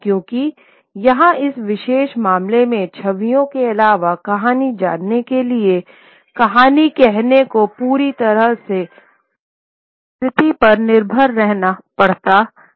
क्योंकि यहाँ इस विशेष मामले में छवियों के अलावा कहानी जानने के लिए कहानी कहने वाले को पूरी तरह से स्मृति पर निर्भर रहना पड़ता था